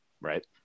Right